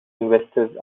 investors